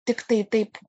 tiktai taip